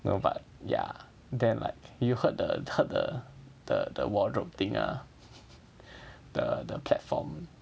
no but ya then like you heard the heard the the wardrobe thing ah the the platform